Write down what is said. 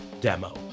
demo